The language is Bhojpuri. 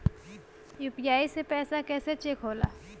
यू.पी.आई से पैसा कैसे चेक होला?